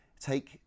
take